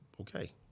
okay